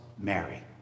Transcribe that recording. Mary